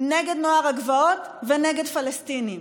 נגד נוער הגבעות ונגד פלסטינים.